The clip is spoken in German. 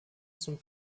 zum